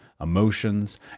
emotions